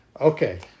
Okay